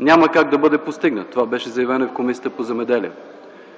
няма как да бъде постигнат. Това беше заявено и в Комисията по земеделието